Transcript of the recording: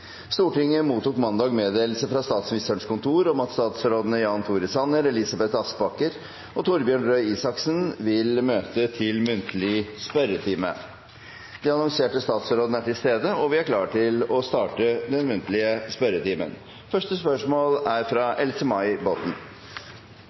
Stortinget mottok mandag meddelelse fra Statsministerens kontor om at statsrådene Jan Tore Sanner, Elisabeth Aspaker og Torbjørn Røe Isaksen vil møte til muntlig spørretime. De annonserte statsrådene er til stede, og vi er klare til å starte den muntlige spørretimen. Første hovedspørsmål er fra Else-May Botten.